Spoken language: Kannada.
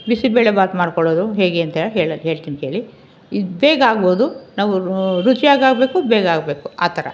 ಬಿಸಿಬೇಳೆ ಬಾತ್ ಮಾಡಿಕೊಳ್ಳೋದು ಹೇಗೆ ಅಂತ ಹೇಳ್ತೀನಿ ಕೇಳಿ ಇದು ಬೇಗ ಆಗ್ಬೋದು ನಾವು ರುಚಿಯಾಗಿ ಆಗಬೇಕು ಬೇಗ ಆಗಬೇಕು ಆ ಥರ